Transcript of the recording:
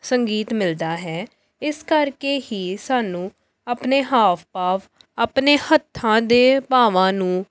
ਸੰਗੀਤ ਮਿਲਦਾ ਹੈ ਇਸ ਕਰਕੇ ਹੀ ਸਾਨੂੰ ਆਪਣੇ ਹਾਵ ਭਾਵ ਆਪਣੇ ਹੱਥਾਂ ਦੇ ਭਾਵਾਂ ਨੂੰ